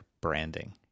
branding